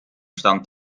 stand